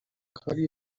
کاری